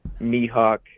Mihawk